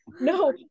no